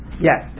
Yes